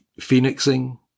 phoenixing